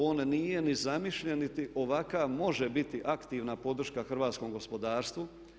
On nije ni zamišljen niti ovakav može biti aktivna podrška hrvatskom gospodarstvu.